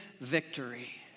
victory